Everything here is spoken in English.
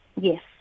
Yes